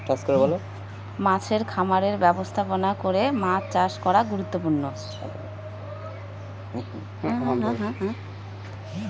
মাছের খামারের ব্যবস্থাপনা করে মাছ চাষ করা গুরুত্বপূর্ণ